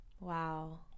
wow